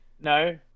no